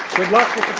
good luck